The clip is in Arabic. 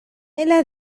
إلى